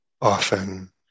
often